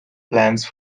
plans